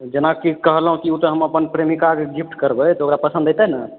जेनाकि कहलहुॅं कि ओतऽ हम अपना प्रेमिकाके गिफ्ट करबै तऽ ओकरा पसन्द एतै ने